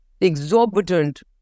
exorbitant